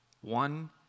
One